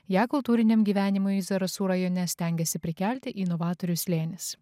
ją kultūriniam gyvenimui zarasų rajone stengiasi prikelti inovatorių slėnis